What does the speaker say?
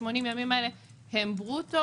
80 הימים האלה הם ברוטו.